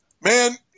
man